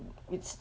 it's